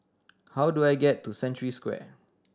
how do I get to Century Square